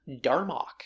Darmok